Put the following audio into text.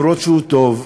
אפילו שהוא טוב,